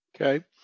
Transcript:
Okay